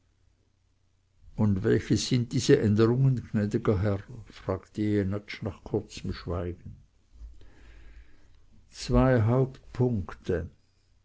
und welches sind diese änderungen gnädiger herr fragte jenatsch nach kurzem schweigen zwei hauptpunkte